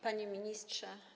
Panie Ministrze!